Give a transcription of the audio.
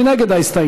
מי נגד ההסתייגות?